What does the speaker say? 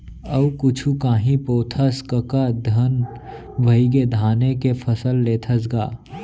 अउ कुछु कांही बोथस कका धन भइगे धाने के फसल लेथस गा?